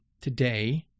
Today